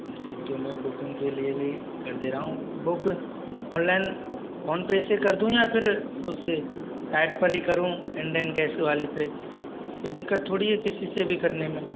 जी तो मै बुकिंग के लिए भी कर दे रहा हूँ बुक ऑनलाइन फ़ोन पे से कर दूँ या फिर उससे साइट पर ही करूँ इंडियन गैस वाली पे दिक्कत थोड़ी है किसी से भी करने में